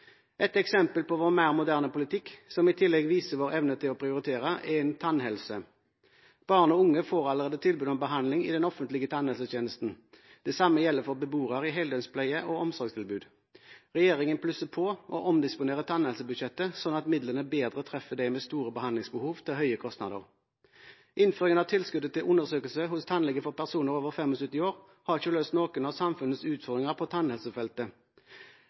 Et eksempel på vår mer moderne politikk, som i tillegg viser vår evne til å prioritere, er innen tannhelse. Barn og unge får allerede tilbud om behandling i den offentlige tannhelsetjenesten. Det samme gjelder for beboere i heldøgns pleie- og omsorgstilbud. Regjeringen plusser på og omdisponerer tannhelsebudsjettet sånn at midlene bedre treffer dem med store behandlingsbehov til høye kostnader. Innføringen av tilskuddet til undersøkelse hos tannlege for personer over 75 år har ikke løst noen av samfunnets utfordringer på tannhelsefeltet.